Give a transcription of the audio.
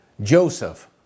Joseph